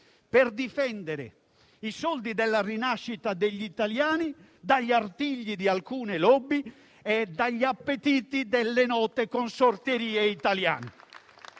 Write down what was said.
per difendere i soldi della rinascita degli italiani dagli artigli di alcune *lobby* e dagli appetiti delle note consorterie italiane.